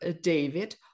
David